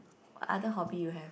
other hobby you have